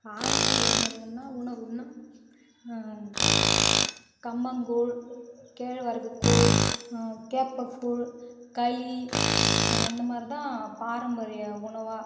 பாரம்பரிய உணர்வுன்னா உணவுன்னா கம்மங்கூழ் கேழ்வரகுக்கூழ் கேப்பக்கூழ் களி இந்த மாதிரிதான் பாரம்பரிய உணவாக